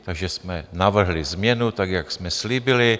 Takže jsme navrhli změnu, tak jak jsme slíbili.